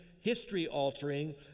history-altering